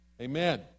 Amen